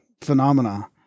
phenomena